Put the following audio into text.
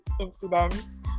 incidents